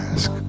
Ask